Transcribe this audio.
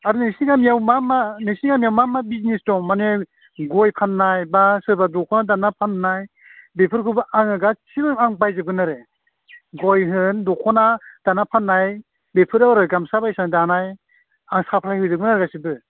आरो नोंसिनि गामियाव मा मा नोंसिनि गामिया मा मा बिजनेस दं माने गय फाननाय बा सोरबा दख'ना दाना फाननाय बेफोरखौबो आङो गासैबो आं बायजोबगोन आरो गय होन दख'ना दाना फाननाय बेफोराव आरो गामसा बायसा दानाय आं साप्लाय होजोबगोन आरो गासैबो